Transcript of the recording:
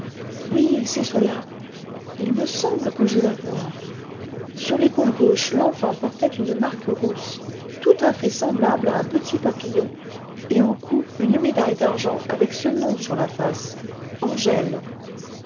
bateau oui c'est cela il me semble que je la vois sur l'épaule gauche l'enfant portait une marque rousse tout à fait semblable à un petit papillon et au cou une médaille d'argent avec ce nom sur la face angèle